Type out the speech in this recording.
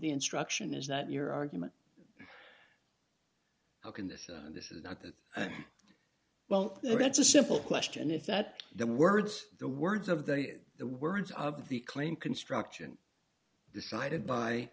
the instruction is that your argument how can this this is not that well that's a simple question is that the words the words of the the words of the claim construction decided by